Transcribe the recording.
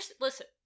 Listen